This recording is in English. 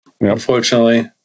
Unfortunately